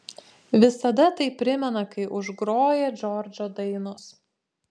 visada tai primena kai užgroja džordžo dainos